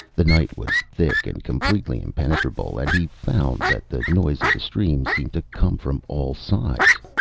the night was thick and completely impenetrable, and he found that the noise of the stream seemed to come from all sides,